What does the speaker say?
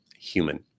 human